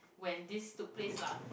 when this took place lah